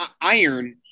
iron